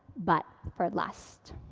but for lust.